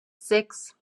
sechs